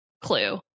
clue